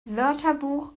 wörterbuch